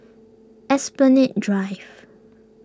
Esplanade Drive